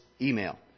email